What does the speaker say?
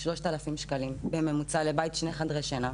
וזה 3,000 שקלים בממוצע לבית בן שני חדרי שינה.